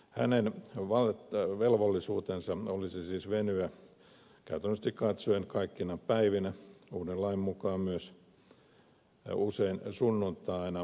hänen velvollisuutensa olisi siis venyä käytännöllisesti katsoen kaikkina päivinä uuden lain mukaan myös usein sunnuntaina palvelemaan asiakkaita